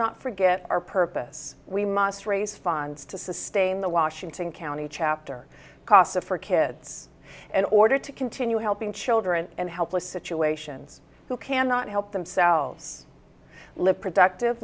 not forget our purpose we must raise funds to sustain the washington county chapter casa for kids in order to continue helping children and helpless situations who cannot help themselves live productive